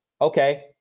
okay